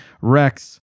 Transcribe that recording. Rex